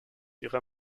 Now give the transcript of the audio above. ihrer